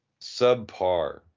subpar